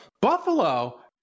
Buffalo